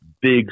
big